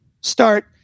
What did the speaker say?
start